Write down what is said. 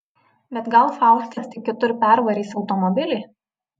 bet gal faustas tik kitur pervarys automobilį